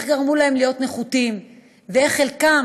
איך גרמו להם להיות נחותים,